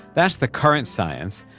that's the current science.